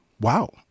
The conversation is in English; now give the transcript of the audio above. wow